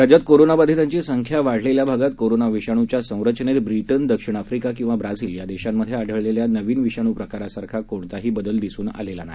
राज्यात कोरोनाबाधितांची संख्या वाढलेल्या भागात कोरोना विषाणूच्या संरचनेत ब्रिटन दक्षिण आफ्रिका किंवा ब्राझील या देशांमध्ये आढळलेल्या नवीन विषाणू प्रकारासारखा कोणताही बदल दिसून आलेला नाही